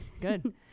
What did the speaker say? Good